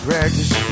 Practice